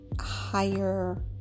higher